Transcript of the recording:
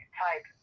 type